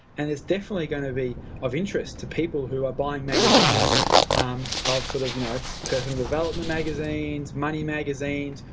and it's definitely going to be of interest to people who are buying magazines um of sort of, you know personal development magazines, money magazines,